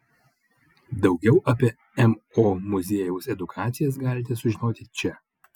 daugiau apie mo muziejaus edukacijas galite sužinoti čia